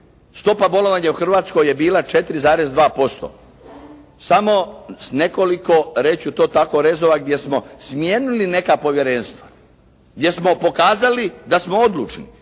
stopa bolovanja u Hrvatskoj je bila 4,2%. Samo nekoliko, reći ću tako rezova gdje smo smijenili neka povjerenstva, gdje smo pokazali da smo odlučno.